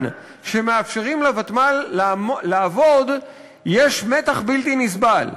שמאפשרים לוותמ"ל לעבוד יש מתח בלתי נסבל.